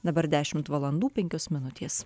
dabar dešimt valandų penkios minutės